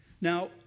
Now